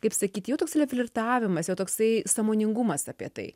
kaip sakyt jau toks flirtavimas jo toksai sąmoningumas apie tai